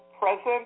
present